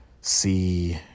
see